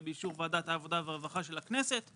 ובאישור ועדת העבודה והרווחה של הכנסת,